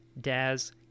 Daz